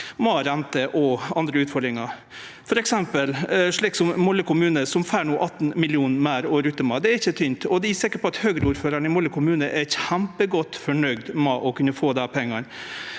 renter og andre utfordringar. For eksempel Molde kommune får no 18 mill. kr meir å rutte med. Det er ikkje tynt. Eg er sikker på at Høgre-ordføraren i Molde kommune er kjempegodt fornøgd med å kunne få dei pengane.